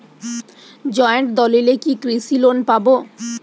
Joint দলিলে কি কৃষি লোন পাব?